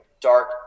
dark